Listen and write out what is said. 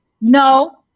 no